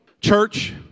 Church